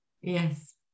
Yes